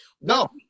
No